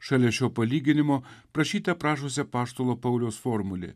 šalia šio palyginimo prašyte prašosi apaštalo pauliaus formulė